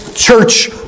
church